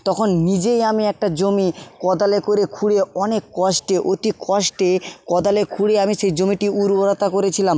তখন নিজেই আমি একটা জমি কদালে করে খুঁড়ে অনেক কষ্টে অতি কষ্টে কদালে খুঁড়ে আমি সেই জমিটি উর্বরতা করেছিলাম